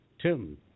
Tim